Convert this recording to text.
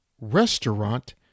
restaurant